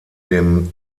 dem